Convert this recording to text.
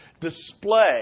display